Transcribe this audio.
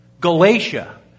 Galatia